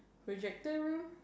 projector room